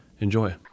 Enjoy